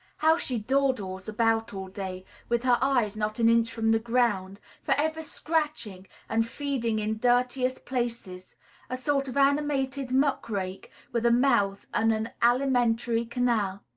how she dawdles about all day, with her eyes not an inch from the ground, forever scratching and feeding in dirtiest places a sort of animated muck-rake, with a mouth and an alimentary canal!